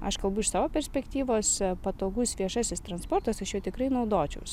aš kalbu iš savo perspektyvos patogus viešasis transportas aš juo tikrai naudočiaus